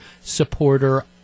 supporter